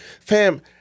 fam